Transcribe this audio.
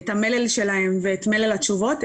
את המלל שלהם ואת מלל התשובות,